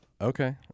Okay